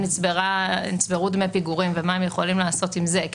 נצברו דמי פיגורים ומה הם יכולים לעשות עם זה.